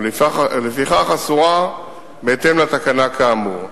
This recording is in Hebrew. ולפיכך אסור לעשות זאת בהתאם לתקנה האמורה.